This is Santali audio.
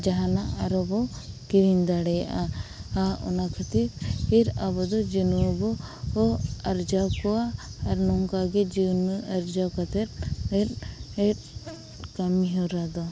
ᱡᱟᱦᱟᱱᱟᱜ ᱟᱨᱚ ᱵᱚ ᱠᱤᱨᱤᱧ ᱫᱟᱲᱮᱭᱟᱜᱼᱟ ᱚᱱᱟ ᱠᱷᱟᱹᱛᱤᱨ ᱠᱷᱟᱹᱛᱤᱨ ᱟᱵᱚ ᱫᱚ ᱡᱟᱹᱱᱣᱭᱟᱹᱨ ᱵᱚ ᱟᱨᱡᱟᱣ ᱠᱚᱣᱟ ᱟᱨ ᱱᱚᱝᱠᱟᱜᱮ ᱡᱤᱭᱟᱹᱞᱤ ᱟᱨᱡᱟᱣ ᱠᱟᱛᱮᱫ ᱠᱟᱛᱮᱰ ᱟᱛᱮᱫ ᱠᱟᱹᱢᱤ ᱦᱚᱨᱟ ᱫᱚ